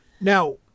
Now